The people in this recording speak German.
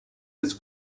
des